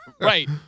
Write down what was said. Right